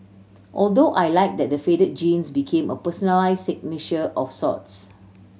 although I liked that the faded jeans became a personalise signature of sorts